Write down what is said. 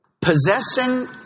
Possessing